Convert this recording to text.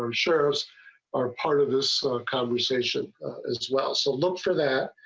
um shares are part of this conversation as well so look for that.